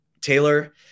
Taylor